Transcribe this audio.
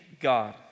God